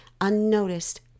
unnoticed